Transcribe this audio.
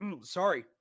Sorry